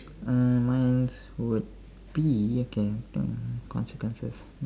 uh mine's would be okay let me think consequences